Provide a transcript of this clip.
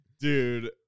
Dude